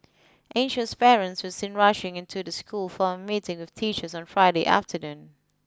anxious parents were seen rushing into the school for a meeting with teachers on Friday afternoon